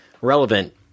relevant